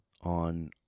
on